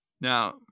Now